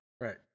Right